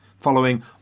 following